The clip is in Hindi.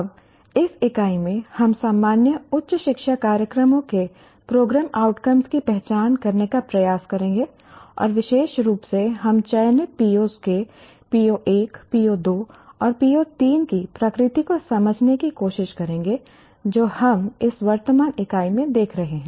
अब इस इकाई में हम सामान्य उच्च शिक्षा कार्यक्रमों के प्रोग्राम आउटकम की पहचान करने का प्रयास करेंगे और विशेष रूप से हम चयनित POs के PO1 PO2 और PO3 की प्रकृति को समझने की कोशिश करेंगे जो हम इस वर्तमान इकाई में देख रहे हैं